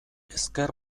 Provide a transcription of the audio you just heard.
ezker